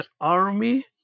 army